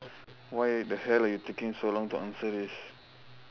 why the hell are you taking so long to answer this